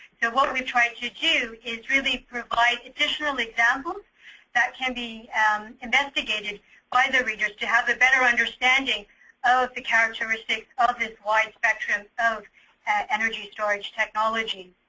so what we try and to do is really provide additional examples that can be investigated by the readers to have a better understanding of the characteristics of this wide spectrum of energy storage technology.